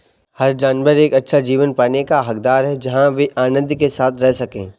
हर जानवर एक अच्छा जीवन पाने का हकदार है जहां वे आनंद के साथ रह सके